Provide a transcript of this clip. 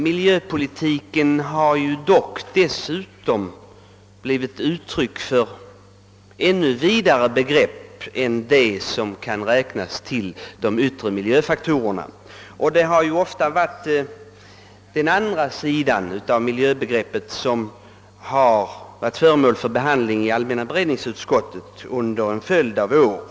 Miljöpolitiken har dock kommit att omfatta långt mer än vad som kan räknas till de yttre miljöfaktorerna. Det är just denna andra sida av miljöbegreppet som varit föremål för behandling i allmänna beredningsutskottet under en följd av år.